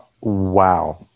wow